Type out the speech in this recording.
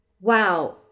Wow